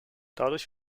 dadurch